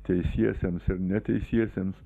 teisiesiems ir neteisiesiems